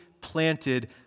planted